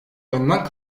oynanan